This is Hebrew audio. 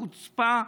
בחוצפה,